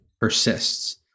persists